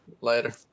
Later